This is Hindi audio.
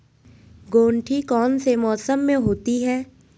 गेंठी कौन से मौसम में होती है?